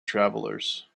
travelers